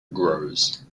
grows